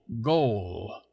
Goal